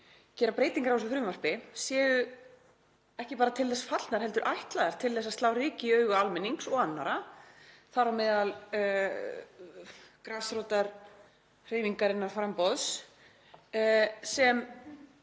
gera breytingar á þessu frumvarpi séu ekki bara til þess fallnar heldur ætlaðar til að slá ryki í augu almennings og annarra, þar á meðal grasrótarhreyfingar innan framboðs sem